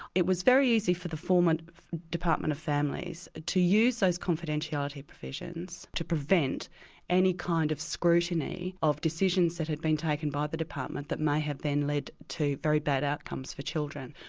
it was very easy for the former department of families to use those confidentiality provisions provisions to prevent any kind of scrutiny of decisions that had been taken by the department that may have then led to very bad outcomes for children.